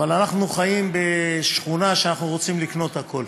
אבל אנחנו חיים בשכונה שאנחנו רוצים לקנות הכול,